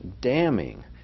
damning